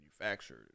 manufactured